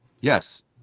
yes